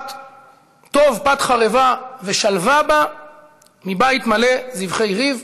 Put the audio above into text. "טוב פת חרבה ושלוה בה מבית מלא זבחי ריב".